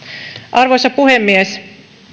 arvoisa puhemies